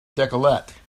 decollete